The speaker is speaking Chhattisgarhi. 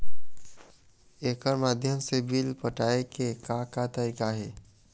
एकर माध्यम से बिल पटाए के का का तरीका हे?